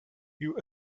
you